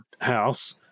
House